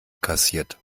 kassiert